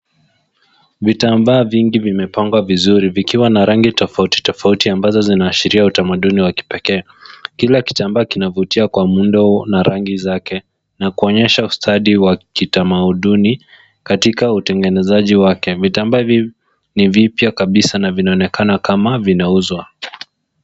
Vitambaa vingi vimepangwa vizuri vikiwa na rangi tofauti tofauti ambazo zinaashiria utamaduni wa kipekee. Kila kitambaa kinavutia kwa muundo na rangi zake na kuonyesha ustadi wa kitamaduni katika utengenezaji wake. Vitambaa hivi ni vipya kabisa na vinaonekana kama vinauzwa.